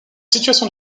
situation